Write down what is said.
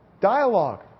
Dialogue